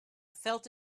felt